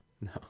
No